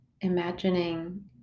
imagining